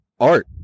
art